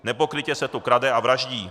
Nepokrytě se tu krade a vraždí.